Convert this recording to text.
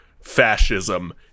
fascism